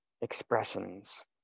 expressions